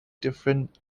different